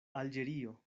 alĝerio